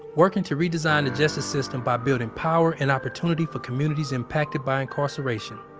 working to redesign the justice system by building power and opportunity for communities impacted by incarceration.